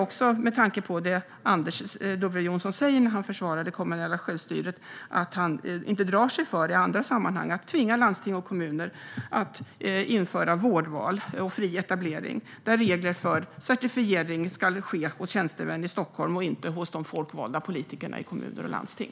När Anders W Jonsson försvarar det kommunala självstyret tänker jag på att han i andra sammanhang inte drar sig för att tvinga kommuner och landsting att införa vårdval och fri etablering, där reglering och certifiering ska ske hos tjänstemän i Stockholm och inte hos de folkvalda politikerna i kommuner och landsting.